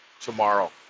tomorrow